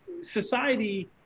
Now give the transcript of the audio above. society